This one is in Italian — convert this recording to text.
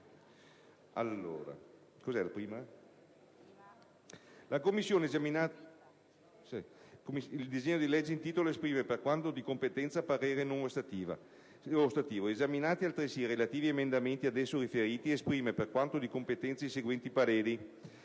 il disegno di legge in titolo, esprime, per quanto di competenza, parere non ostativo. Esaminati altresì i relativi emendamenti ad esso riferiti, esprime, per quanto di competenza, i seguenti pareri: